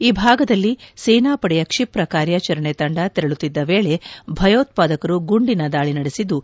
ಈ ಭಾಗದಲ್ಲಿ ಸೇನಾಪಡೆಯ ಕ್ಷಿಪ್ರ ಕಾರ್ಯಾಚರಣೆ ತಂಡ ತೆರಳುತ್ತಿದ್ದ ವೇಳೆ ಭಯೋತ್ಪಾದಕರು ಗುಂಡಿನ ದಾಳಿ ನಡೆಸಿದ್ದು